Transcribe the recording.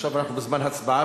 עכשיו אנחנו בזמן הצבעה.